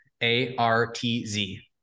A-R-T-Z